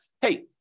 hey